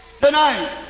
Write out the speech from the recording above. tonight